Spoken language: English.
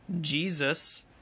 Jesus